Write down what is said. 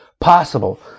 possible